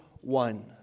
one